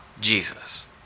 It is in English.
Jesus